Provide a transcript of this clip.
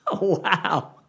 Wow